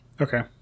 Okay